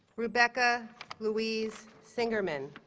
rebecca louise singerman